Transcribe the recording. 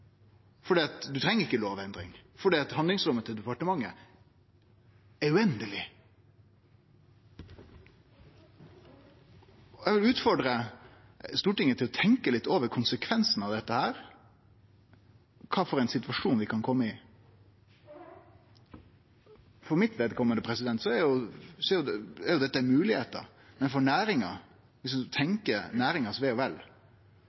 treng ikkje lovendring, for handlingsrommet til departementet er uendeleg. Eg vil utfordre Stortinget til å tenkje litt over konsekvensen av dette og kva slags situasjon vi kan kome i. For mitt vedkomande er dette moglegheiter, men for næringa, om ein tenkjer næringas ve og vel, om ein tenkjer at loven skal vere det som byggjer landet, som skal fastsetje nokre reglar, og